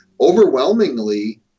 overwhelmingly